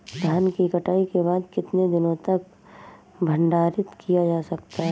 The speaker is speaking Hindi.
धान की कटाई के बाद कितने दिनों तक भंडारित किया जा सकता है?